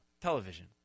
television